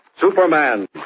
Superman